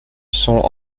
sont